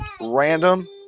random